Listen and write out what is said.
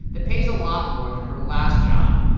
that pays a lot more than her last job.